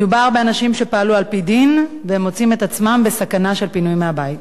מדובר באנשים שפעלו על-פי דין והם מוצאים את עצמם בסכנה של פינוי מהבית.